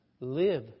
Live